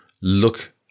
look